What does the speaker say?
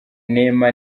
neema